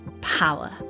power